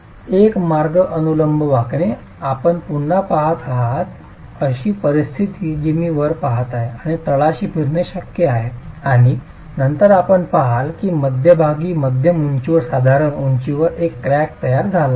तर एक मार्ग अनुलंब वाकणे आपण पुन्हा पहात आहात अशी परिस्थिती जी मी वर पहात आहे आणि तळाशी फिरणे शक्य आहे आणि नंतर आपण पहाल की मध्यभागी मध्यम उंचीवर साधारणतः उंचीवर एक क्रॅक तयार झाला आहे